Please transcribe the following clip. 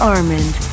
Armand